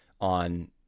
on